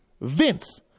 Vince